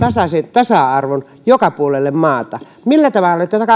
tasa arvon joka puolelle maata millä tavalla te